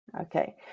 okay